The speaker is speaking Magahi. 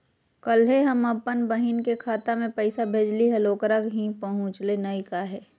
कल्हे हम अपन बहिन के खाता में पैसा भेजलिए हल, ओकरा ही पहुँचलई नई काहे?